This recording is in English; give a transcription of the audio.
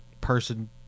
person